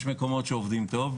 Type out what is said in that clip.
יש מקומות שעובדים טוב,